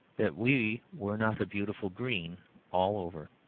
that we were not a beautiful green all over.